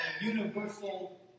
universal